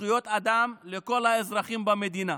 וזכויות אדם לכל האזרחים במדינה.